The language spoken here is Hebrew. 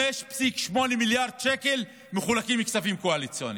5.8 מיליארד שקל מחולקים בכספים קואליציוניים.